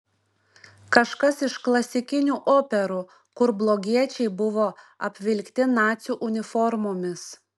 kažkas iš klasikinių operų kur blogiečiai buvo apvilkti nacių uniformomis